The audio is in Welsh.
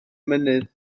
mynydd